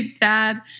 dad